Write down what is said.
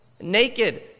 naked